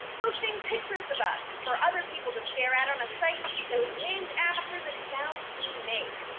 posting pictures of us for other people to stare at on a site that was named after the sound we make.